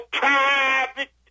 private